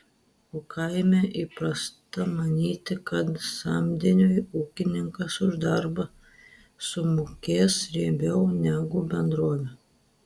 o kaime įprasta manyti kad samdiniui ūkininkas už darbą sumokės riebiau negu bendrovė